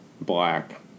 black